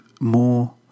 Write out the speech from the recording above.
more